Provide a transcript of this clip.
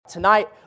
Tonight